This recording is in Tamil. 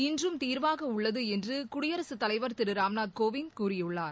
இன்றும் தீர்வாக உள்ளது என்று குடியரசுத் தலைவர் திரு ராம்நாத் கோவிந்த் கூறியுள்ளார்